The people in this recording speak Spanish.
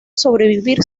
sobrevivir